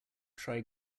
try